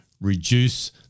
reduce